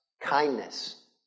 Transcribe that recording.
kindness